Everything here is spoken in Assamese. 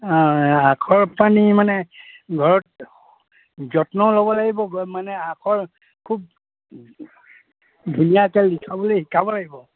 অঁ আখৰ পানী মানে ঘৰত যত্ন ল'ব লাগিব মানে আখৰ খুব ধুনীয়াকৈ লিখাবলৈ শিকাব লাগিব